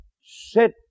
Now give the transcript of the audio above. set